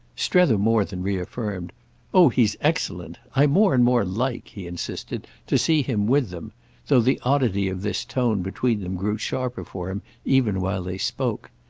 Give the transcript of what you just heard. strether more than reaffirmed oh he's excellent. i more and more like, he insisted, to see him with them though the oddity of this tone between them grew sharper for him even while they spoke.